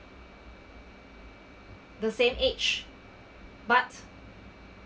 the same age but